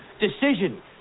Decision